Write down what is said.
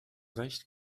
recht